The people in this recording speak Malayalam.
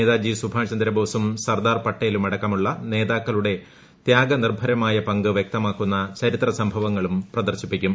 നേതാജി സുഭാഷ് ചന്ദ്രബോസും സർദാർ പട്ടേലും അടക്കമുള്ള നേതാക്കളുടെ ത്യാഗനിർഭരമായ പങ്ക് വൃക്തമാക്കുന്ന ചരിത്ര സംഭവങ്ങളും പ്രദർശിപ്പിക്കും